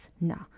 no